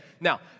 now